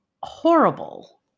horrible